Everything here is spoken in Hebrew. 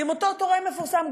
עם אותו תורם מפורסם,